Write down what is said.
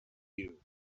you